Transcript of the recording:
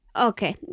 Okay